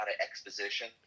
exposition